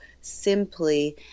simply